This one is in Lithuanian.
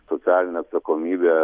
socialinė atsakomybė